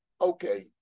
okay